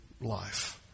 life